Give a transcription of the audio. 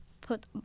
put